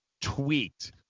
tweet